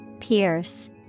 Pierce